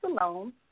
alone